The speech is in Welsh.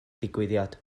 digwyddiad